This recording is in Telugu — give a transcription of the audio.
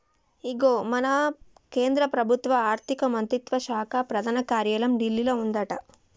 ఇగో మన కేంద్ర ప్రభుత్వ ఆర్థిక మంత్రిత్వ శాఖ ప్రధాన కార్యాలయం ఢిల్లీలో ఉందట